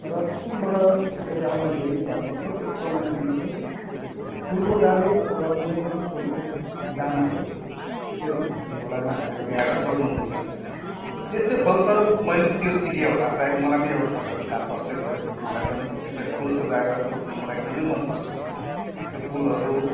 र सिक्किमबाट त्यसरी आउँदाखेरि घरमा प्रत्येक आउँदाखेरि चाहिँ फुलको डाली अथवा कुनै पनि फुलको दानाहरू त्यसरी झोलामा हालेर ल्याएर रोप्नु हुन्थ्यो त्यसकै फलस्वरूप मैले पनि त्यो सिकेँ होला सायद मलाई पनि एक प्रकारको छाप बस्दै गयो मलाई पनि त्यसरी फुल सजाएर रोप्नु मलाई एकदमै मनपर्छ जस्तै फुलहरू